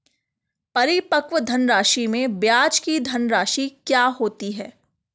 परिपक्व धनराशि में ब्याज की धनराशि क्या होती है?